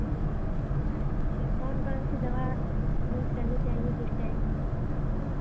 अच्छा कौन कौन सी दवा यूज़ करनी चाहिए किस टाइम